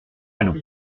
allons